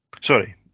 Sorry